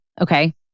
okay